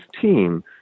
team